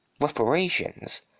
reparations